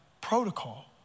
protocol